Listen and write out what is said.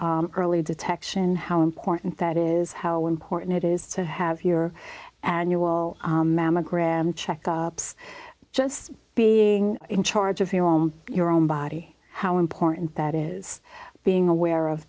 early detection how important that is how important it is to have your annual mammogram check ups just being in charge of your own your own body how important that is being aware of